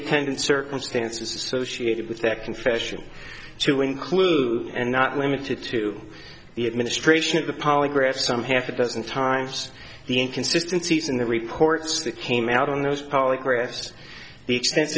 attendant circumstances associated with that confession to include and not limited to the administration of the polygraph some half a dozen times the inconsistency in the reports that came out on those polygraphs the extens